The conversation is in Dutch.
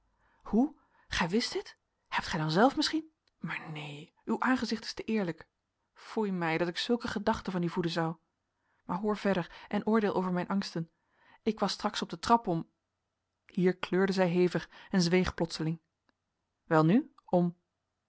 hoe gij wist dit hebt gij dan zelf misschien maar neen uw aangezicht is te eerlijk foei mij dat ik zulke gedachten van u voeden zou maar hoor verder en oordeel over mijn angsten ik was straks op de trap om hier kleurde zij hevig en zweeg plotseling stil welnu om